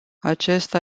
acesta